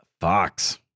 Fox